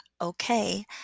okay